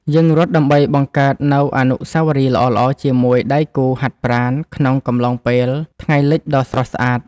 យើងរត់ដើម្បីបង្កើតនូវអនុស្សាវរីយ៍ល្អៗជាមួយដៃគូហាត់ប្រាណក្នុងកំឡុងពេលថ្ងៃលិចដ៏ស្រស់ស្អាត។